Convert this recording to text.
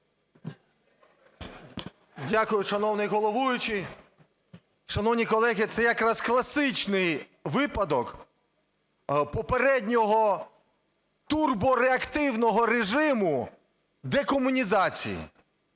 Дякую, шановний головуючий. Шановні колеги, це якраз класичний випадок попереднього турбореактивного режиму декомунізації.